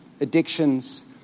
addictions